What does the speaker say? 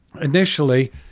initially